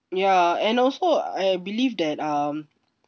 ya and also I believe that um